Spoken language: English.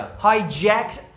hijacked